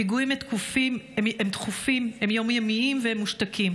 הפיגועים הם תכופים, הם יום-יומיים, והם מושתקים.